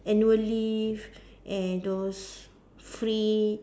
annual leave and those free